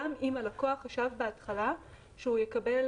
כך שגם אם הלקוח חשב בהתחלה שהוא יקבל